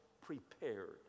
prepared